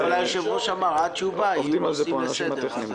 אם האוצר אישר לארקיע וישראייר את תוכנית ההתייעלות,